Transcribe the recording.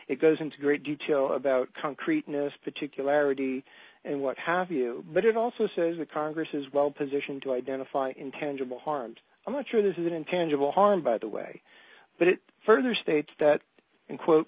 it goes into great detail about concreteness particularity and what have you but it also says that congress is well positioned to identify intangible harmed i'm not sure this is an intangible harm by the way but it further states that quote